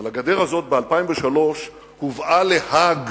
אבל הגדר הזאת ב-2003 הובאה להאג.